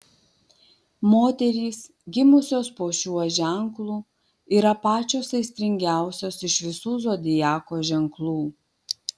moterys gimusios po šiuo ženklu yra pačios aistringiausios iš visų zodiako ženklų